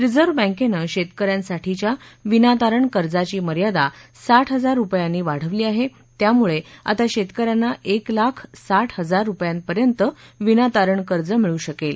reserve बँकेनं शेतकऱ्यांसाठीच्या विनातारण कर्जाची मर्यादा साठ हजार रुपयांनी वाढवली आहे त्यामुळे आता शेतकऱ्यांना एक लाख साठ हजार रुपयांपर्यंत विनातारण कर्ज मिळू शकेल